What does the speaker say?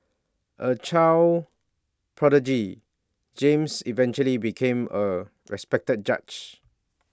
A child prodigy James eventually became A respected judge